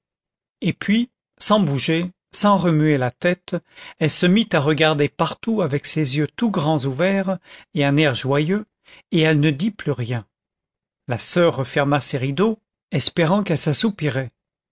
et puis sans bouger sans remuer la tête elle se mit à regarder partout avec ses yeux tout grands ouverts et un air joyeux et elle ne dit plus rien la soeur referma ses rideaux espérant qu'elle s'assoupirait